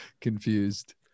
confused